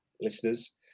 listeners